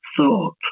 thought